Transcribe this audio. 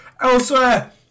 Elsewhere